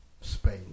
Spain